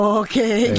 okay